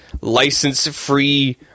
license-free